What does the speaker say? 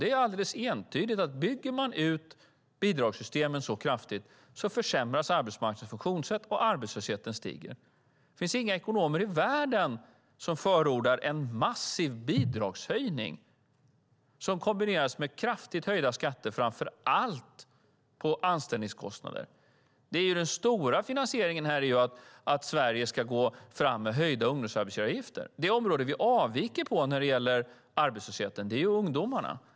Det är alldeles entydigt att om man bygger ut bidragssystemen så kraftigt försämras arbetsmarknadens funktionssätt och arbetslösheten stiger. Det finns inga ekonomer i världen som förordar en massiv bidragshöjning som kombineras med kraftigt höjda skatter, framför allt på anställningskostnader. Den stora finansieringen är ju att Sverige ska gå fram med höjda ungdomsarbetsgivaravgifter. Det område där vi avviker när det gäller arbetslösheten är ungdomarna.